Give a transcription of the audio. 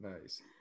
nice